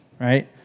right